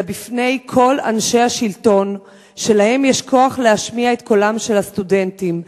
אלא בפני כל אנשי השלטון שלהם יש כוח להשמיע את קולם של הסטודנטים.